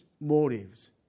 motives